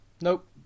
Nope